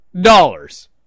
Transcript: dollars